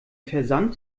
versand